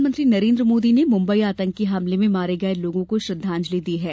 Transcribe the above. प्रधानमंत्री नरेंद्र मोदी ने मुम्बई आतंकी हमले में मारे गए लोगों को श्रद्वांजलि दी है